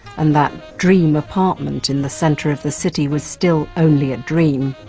and that dream apartment in the centre of the city was still only a dream,